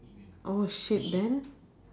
oh shit then